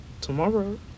tomorrow